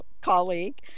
colleague